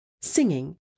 singing